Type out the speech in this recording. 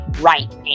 right